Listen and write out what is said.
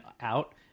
out